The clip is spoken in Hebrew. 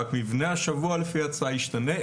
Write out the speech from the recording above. רק מבנה השבוע לפי ההצעה ישתנה.